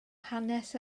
hanes